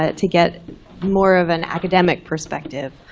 ah to get more of an academic perspective,